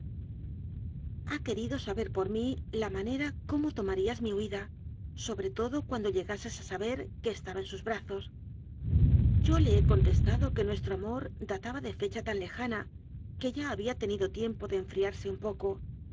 querido saber por mí la manera cómo to marías mi huida sobre todo cuando llegases a sa ber que estaba en sus brazos yo le he contestado que nuesti o amor databa de fecha tan lejana que ya había tenido tiempo de enfriarse un poco